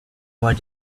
what